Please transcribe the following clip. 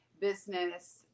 business